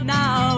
now